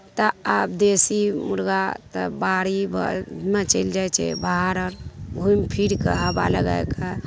तऽ आब देशी मुर्गा तऽ बारी मे चलि जाइत छै बाहर आर घुमि फिर कऽ हबा लगाइ कऽ